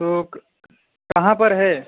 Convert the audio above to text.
तो कहाँ पर है